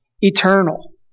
eternal